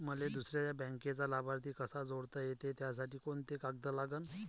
मले दुसऱ्या बँकेचा लाभार्थी कसा जोडता येते, त्यासाठी कोंते कागद लागन?